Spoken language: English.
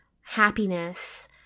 happiness